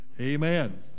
Amen